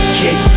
kick